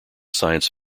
science